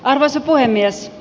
arvoisa puhemies